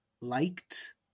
liked